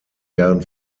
jahren